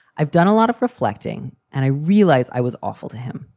i've done a lot of reflecting and i realized i was awful to him.